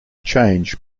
change